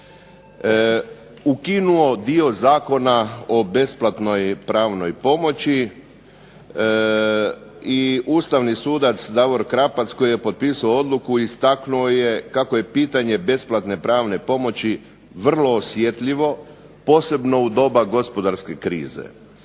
ukinuo dio Zakona o besplatnoj pravnoj pomoći i ustavni sudac Davor Krapac koji je potpisao odluku istaknuo je kako je "pitanje besplatne pravne pomoći vrlo osjetljivo, posebno u doba gospodarske krize.